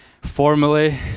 formally